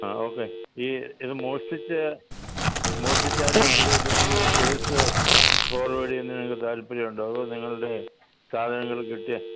ആ ഓക്കെ ഈ ഇത് മോഷ്ടിച്ച മോഷ്ടിച്ച ആളിനെ പിടികിട്ടുന്നെങ്കൽ ഇത് കേസ് ഫോർവേഡ് ചെയ്യുന്നതിന് നിങ്ങൾക്ക് താൽപ്പര്യം ഉണ്ടോ അതോ നിങ്ങളുടെ സാധനങ്ങൾ കിട്ടിയാൽ